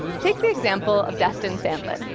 take the example of destin sandlin,